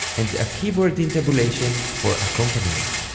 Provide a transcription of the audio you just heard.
and a keyboard intabulation for accompaniment.